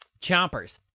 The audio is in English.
Chompers